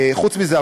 חוץ מזה,